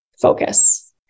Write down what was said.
focus